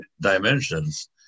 dimensions